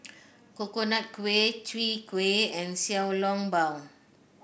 Coconut Kuih Chwee Kueh and Xiao Long Bao